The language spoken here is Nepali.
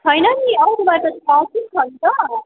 छैन नि हो तिमीहरूको छ कि छन् नि त